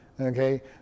Okay